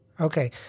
Okay